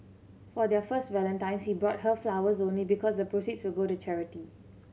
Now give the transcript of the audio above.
for their first Valentine's he bought her flowers only because the proceeds would go to charity